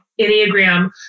Enneagram